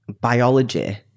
biology